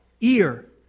Ear